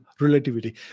relativity